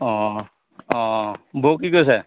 বৌ কি কৰিছে